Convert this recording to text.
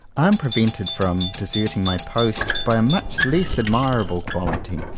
i am prevented from deserting my post by a much less admirable quality.